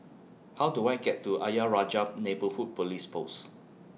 How Do I get to Ayer Rajah Neighbourhood Police Post